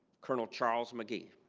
colonel charles mcgee.